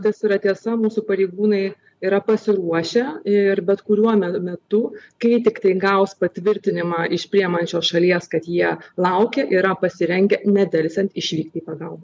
tas yra tiesa mūsų pareigūnai yra pasiruošę ir bet kuriuo metu kai tiktai gaus patvirtinimą iš priimančios šalies kad jie laukia yra pasirengę nedelsiant išvykti į pagalbą